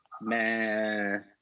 man